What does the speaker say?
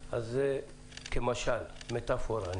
וזה כמשל, כמטפורה.